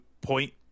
point